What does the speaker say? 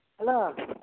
hello